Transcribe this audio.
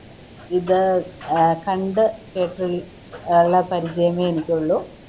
ഇത് കണ്ടു കേട്ടുള്ള പരിചയമേ എനിക്കുള്ളൂ